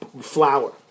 flour